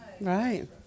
Right